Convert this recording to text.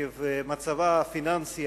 עקב מצבה הפיננסי,